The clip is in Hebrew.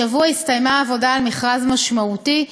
השבוע הסתיימה העבודה על מכרז משמעותי,